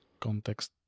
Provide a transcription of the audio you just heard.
Context